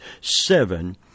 seven